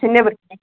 نٮ۪برٕ کَنۍ